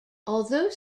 although